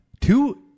Two